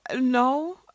no